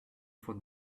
for